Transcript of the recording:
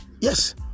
yes